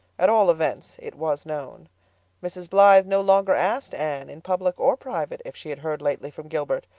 at all events it was known mrs. blythe no longer asked anne, in public or private, if she had heard lately from gilbert,